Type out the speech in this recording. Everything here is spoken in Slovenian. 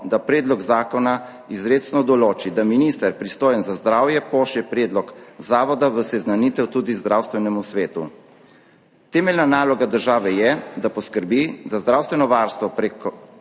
da predlog zakona izrecno določi, da minister, pristojen za zdravje, pošlje predlog zavoda v seznanitev tudi zdravstvenemu svetu. Temeljna naloga države je, da poskrbi, da zdravstveno varstvo prek